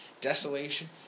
Desolation